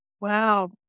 Wow